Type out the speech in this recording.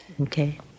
okay